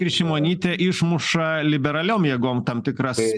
ir šimonytė išmuša liberaliom jėgom tam tikras